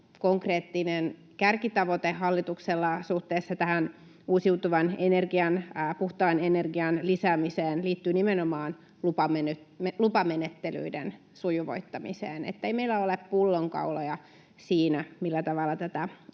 konkreettinen kärkitavoite hallituksella suhteessa tähän uusiutuvan energian, puhtaan energian, lisäämiseen liittyy nimenomaan lupamenettelyiden sujuvoittamiseen, niin ettei meillä ole pullonkauloja siinä, millä tavalla tätä